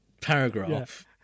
paragraph